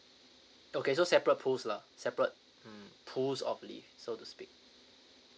okay so separate pools lah separate mm pulls of leave so to speak